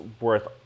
worth